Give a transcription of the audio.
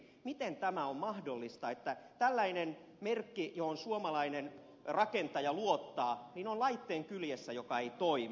miten tämä on mahdollista että tällainen merkki johon suomalainen rakentaja luottaa on laitteen kyljessä joka ei toimi